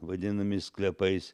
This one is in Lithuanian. vadinami sklepais